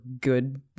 good